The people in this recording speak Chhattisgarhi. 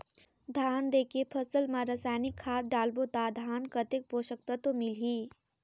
धान देंके फसल मा रसायनिक खाद डालबो ता धान कतेक पोषक तत्व मिलही?